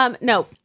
No